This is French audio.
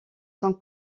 sont